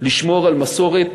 לשמור על מסורת